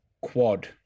quad